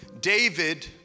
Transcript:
David